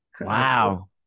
wow